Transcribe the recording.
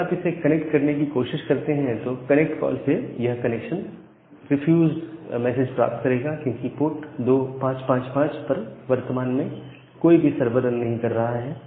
अगर आप इसे कनेक्ट करना की कोशिश करते हैं तो कनेक्ट कॉल से यह कनेक्शन रिफ्यूज मैसेज प्राप्त करेगा क्योंकि पोर्ट 2555 पर वर्तमान में कोई भी सर्वर नहीं कर रहा है